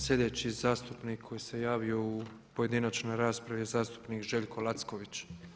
Sljedeći zastupnik koji se javio u pojedinačnoj raspravi je zastupnik Željko Lacković.